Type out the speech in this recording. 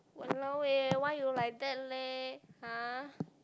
!walao eh! why you like that leh har